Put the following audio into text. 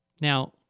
Now